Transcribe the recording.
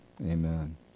Amen